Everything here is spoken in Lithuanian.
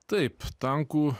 taip tankų